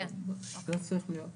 אבל ככה זה צריך להיות.